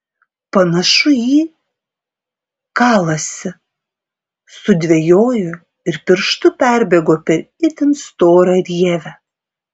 panašu į kalasi sudvejojo ir pirštu perbėgo per itin storą rievę